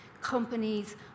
companies